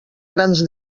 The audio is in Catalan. grans